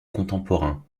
contemporains